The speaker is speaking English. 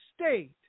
state